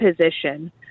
position